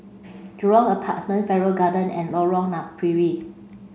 Jurong Apartments Farrer Garden and Lorong Napiri